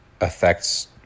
affects